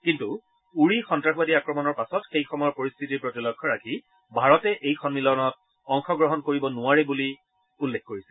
কিন্তু উৰি সন্তাসবাদী আক্ৰমণৰ পাছত সেই সময়ৰ পৰিশ্থিতিৰ প্ৰতি লক্ষ্য ৰাখি ভাৰতে এই সম্মিলনত অংশগ্ৰহণ কৰিব নোৱাৰে বুলি উল্লেখ কৰিছিল